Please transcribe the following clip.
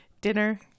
dinner